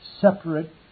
separate